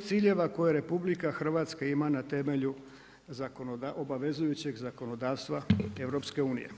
ciljeva koje RH ima na temelju obvezujućeg zakonodavstva EU.